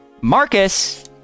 Marcus